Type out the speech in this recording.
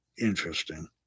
interesting